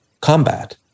combat